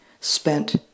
spent